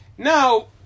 Now